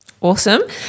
Awesome